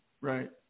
Right